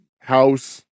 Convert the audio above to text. house